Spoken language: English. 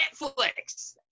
Netflix